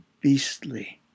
beastly